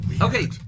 Okay